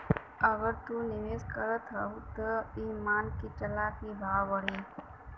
अगर तू निवेस करत हउआ त ई मान के चला की भाव बढ़ी